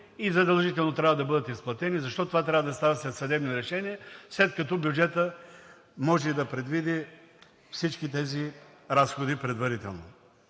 и задължително трябва да бъдат изплатени, защото това трябва да става със съдебно решение, след като бюджетът може да предвиди всички тези разходи предварително.